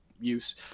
use